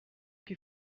que